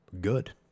good